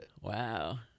Wow